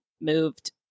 moved